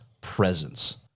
presence